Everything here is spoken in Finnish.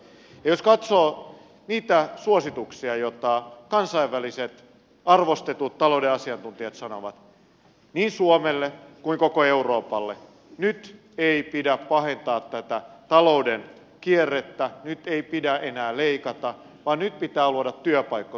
ja jos katsoo niitä suosituksia joita kansainväliset arvostetut talouden asiantuntijat sanovat niin suomelle kuin koko euroopalle nyt ei pidä pahentaa tätä talouden kierrettä nyt ei pidä enää leikata vaan nyt pitää luoda työpaikkoja